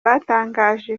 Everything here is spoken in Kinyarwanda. batangaje